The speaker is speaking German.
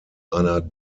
einer